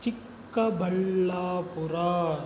Chikkaballapur